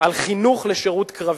על חינוך לשירות קרבי.